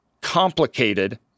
complicated